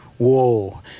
Whoa